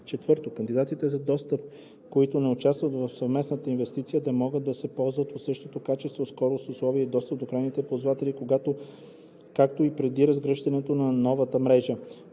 мрежа; 4. кандидатите за достъп, които не участват в съвместната инвестиция, да могат да се ползват от същото качество, скорост, условия и достъп до крайните ползватели, както и преди разгръщането на новата мрежа,